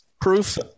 Proof